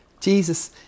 Jesus